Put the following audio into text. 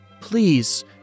Please